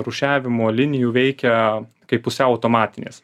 rūšiavimo linijų veikia kaip pusiau automatinės